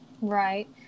Right